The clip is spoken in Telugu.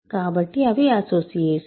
కాబట్టి అవి అసోసియేట్స్